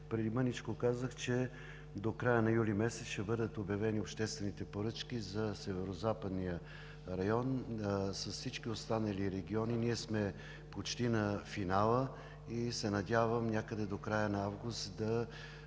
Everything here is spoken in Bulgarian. Преди малко казах, че до края на месец юли ще бъдат обявени обществените поръчки за Северозападния район. С всички останали региони ние почти сме на финала и се надявам, някъде до края на месец август, да